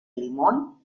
limón